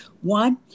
One